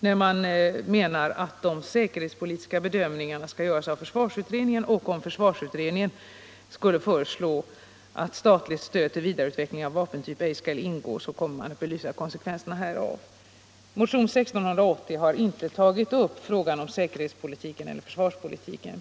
Utskottet menar att de säkerhetspolitiska bedömningarna skall göras av försvarsutredningen och att om denna skulle föreslå att statligt stöd till vidareutveckling av vapentyp inte skall ingå så kommer konsekvenserna av det att belysas. Motionen 1680 har inte tagit upp frågan om säkerhetseller försvarspolitiken.